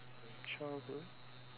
from childhood